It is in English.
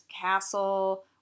castle